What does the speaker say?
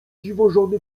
dziwożony